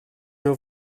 nhw